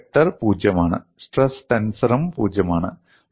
stress vector പൂജ്യമാണ് stress ടെൻസറും പൂജ്യമാണ്